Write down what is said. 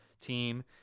team